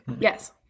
Yes